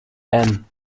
ann